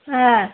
হ্যাঁ